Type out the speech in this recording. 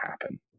happen